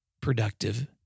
productive